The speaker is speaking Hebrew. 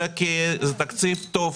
-- וזה לא פטיש, אלא כי זה תקציב טוב.